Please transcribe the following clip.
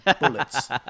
bullets